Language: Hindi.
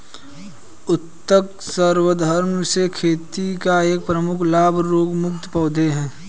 उत्तक संवर्धन से खेती का एक प्रमुख लाभ रोगमुक्त पौधे हैं